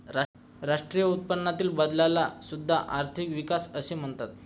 राष्ट्रीय उत्पन्नातील बदलाला सुद्धा आर्थिक विकास असे म्हणतात